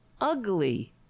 ugly